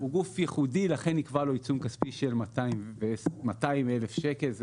הוא גוף ייחודי ולכן נקבע לו עיצום כספי של 200,000 שקל.